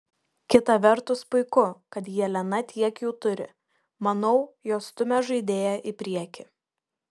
kita vertus puiku kad jelena tiek jų turi manau jos stumia žaidėją į priekį